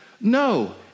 no